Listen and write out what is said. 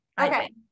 Okay